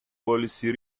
policy